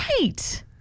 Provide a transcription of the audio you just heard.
Right